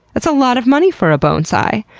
that's a lot of money for a bone-sai.